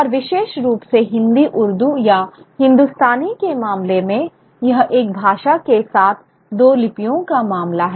और विशेष रूप से हिंदी उर्दू या हिंदुस्तानी के मामले में यह एक भाषा के साथ दो लिपियों का मामला है